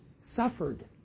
suffered